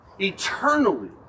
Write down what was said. eternally